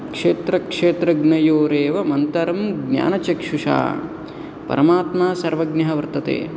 क्षेत्र क्षेत्रज्ञयोरेव मन्तरं ज्ञानचक्षुषा परमात्मा सर्वज्ञः वर्तते